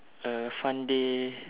a fun day